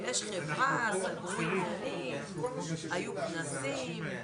ועוד מישהו שיבדוק את התריסים,